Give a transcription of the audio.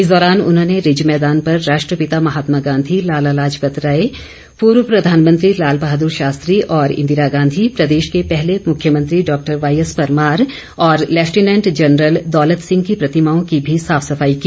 इस दौरान उन्होंने रिज मैदान पर राष्ट्रपिता महात्मा गांधी लाला लाजपतराय पूर्व प्रधानमंत्री लाल बहादुर शास्त्री और इंदिरा गांधी प्रदेश के पहले मुख्यमंत्री डॉक्टर वाईएस परमार तथा लैफिटनेंट जनरल दौलत सिंह की प्रतिमाओं की भी साफ सफाई की